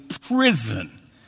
prison